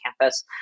campus